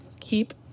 keep